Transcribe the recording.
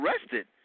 arrested